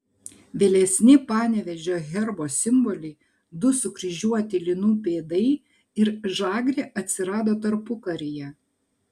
vėlyvesni panevėžio herbo simboliai du sukryžiuoti linų pėdai ir žagrė atsirado tarpukaryje